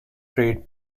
trade